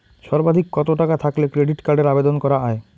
সর্বাধিক কত টাকা থাকলে ক্রেডিট কার্ডের আবেদন করা য়ায়?